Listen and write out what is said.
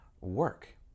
work